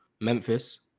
Memphis